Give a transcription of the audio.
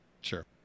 Sure